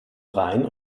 rhein